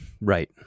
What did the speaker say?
Right